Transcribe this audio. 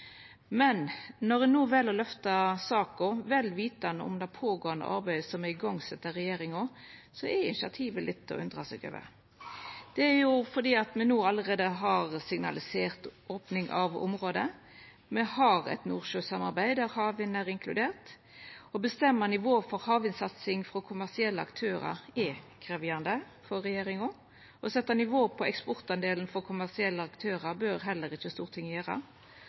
Men når ein no vel å løfta saka – vel vitande om det pågåande arbeidet som er sett i gang av regjeringa – er initiativet litt til å undra seg over. Det er fordi me no allereie har signalisert opning av området; me har eit nordsjøsamarbeid der havvind er inkludert. Å bestemma nivået for havvindsatsing frå kommersielle aktørar er krevjande for regjeringa, og å setja nivået på eksportandelen frå kommersielle aktørar bør heller ikkje Stortinget gjera.